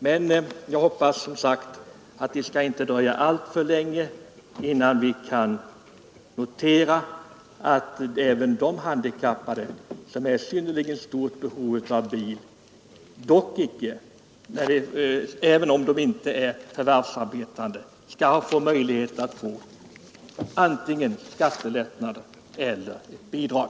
Men jag hoppas som sagt att det inte skall dröja alltför länge innan vi kan notera att även de handikappade som är i synnerligen stort behov av bil, även om de inte är förvärvsarbetande, skall få möjlighet till antingen skattelättnad eller bidrag.